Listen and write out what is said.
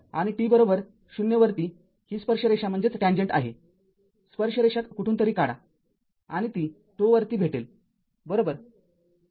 आणि t० वरती ही स्पर्शरेषा आहे स्पर्शरेषा कुठूनतरी काढा आणि ती ζ वरती भेटेल बरोबर